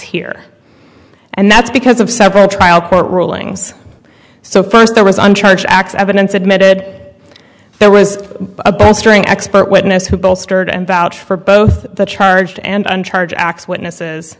here and that's because of several trial court rulings so first there was one charge x evidence admitted there was a bolstering expert witness who bolstered and vouch for both the charged and uncharged x witnesses